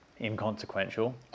inconsequential